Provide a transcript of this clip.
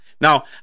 Now